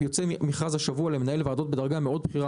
יוצא מכרז השבוע למנהל ועדות בדרגה בכירה מאוד,